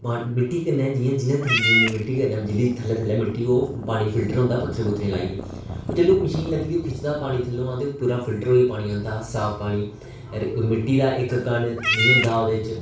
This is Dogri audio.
जिन्नी मिट्टी होए जां पत्थर लाइयै पानी फिल्टर होंदा ते ओह् मशीन जिसलै पानी खिचदी ते ओह् पानी पूरा फिलटर होइयै आंदा मिट्टी दा इक कण नेईं होंदा हा ओह्दे च